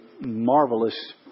marvelous